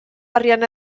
arian